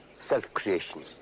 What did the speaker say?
self-creation